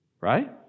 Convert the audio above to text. Right